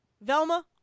Velma